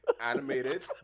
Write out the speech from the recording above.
animated